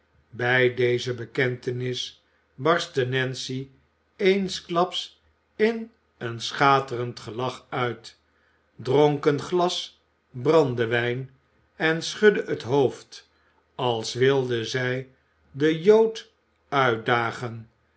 bij deze bekentenis barstte nancy eensklaps in een schaterend gelach uit dronk een glas brandewijn en schudde het hoofd als wilde zij den jood uitdagen